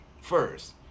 first